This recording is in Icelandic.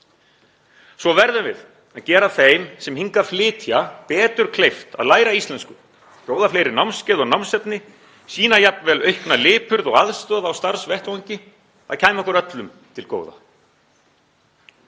Svo verðum við að gera þeim sem hingað flytja betur kleift að læra íslensku, bjóða fleiri námskeið og námsefni, sýna jafnvel aukna lipurð og aðstoð á starfsvettvangi. Það kæmi okkur öllum til góða.